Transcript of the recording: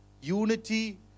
Unity